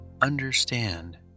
Understand